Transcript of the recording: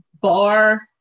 bar